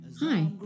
Hi